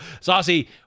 saucy